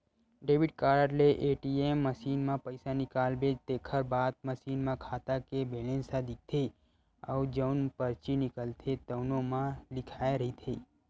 debit card ले ATM machine म पइसा निकालबे तेखर बाद मसीन म खाता के बेलेंस ह दिखथे अउ जउन परची निकलथे तउनो म लिखाए रहिथे